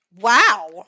Wow